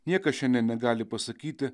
niekas šiandien negali pasakyti